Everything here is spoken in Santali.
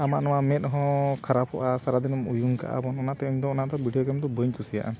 ᱟᱢᱟᱜ ᱱᱚᱣᱟ ᱢᱮᱫ ᱦᱚᱸ ᱠᱷᱟᱨᱟᱯᱚᱜᱼᱟ ᱥᱟᱨᱟᱫᱤᱱ ᱮᱢ ᱩᱭᱩᱝ ᱠᱟᱜᱼᱟ ᱵᱚᱱ ᱚᱱᱟᱛᱮ ᱤᱧ ᱫᱚ ᱚᱱᱟ ᱫᱚ ᱵᱷᱤᱰᱤᱭᱳ ᱜᱮᱢ ᱫᱚ ᱵᱟᱹᱧ ᱠᱩᱥᱤᱭᱟᱜᱼᱟ